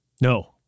No